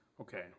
Okay